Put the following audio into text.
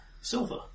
Silver